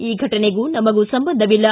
ಈ ಘಟನೆಗೂ ನಮಗೂ ಸಂಬಂಧವಿಲ್ಲ